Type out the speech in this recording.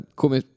come